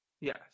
Yes